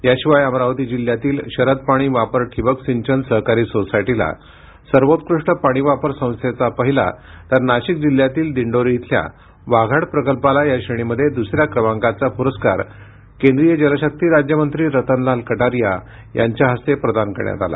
याशिवाय अमरावती जिल्ह्यातील शरद पाणी वापर ठिबक सिंचन सहकारी सोसायटीला सर्वोत्कृष्ट पाणी वापर संस्थेचा पहिला तर नाशिक जिल्ह्यातील दिंडोरी इथल्या वाघाड प्रकल्पाला या श्रेणीमधे दुसऱ्या क्रमांकांचा पुरस्कार केंद्रीय जलशक्ती राज्यमंत्री रतनलाल कटारिया यांचे हस्ते प्रदान करण्यात आला